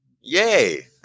Yay